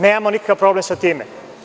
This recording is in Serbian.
Nemamo nikakav problem sa time.